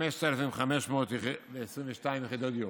5,522 יחידות דיור.